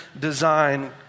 design